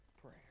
prayer